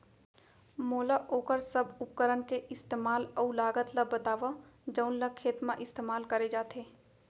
मोला वोकर सब उपकरण के इस्तेमाल अऊ लागत ल बतावव जउन ल खेत म इस्तेमाल करे जाथे?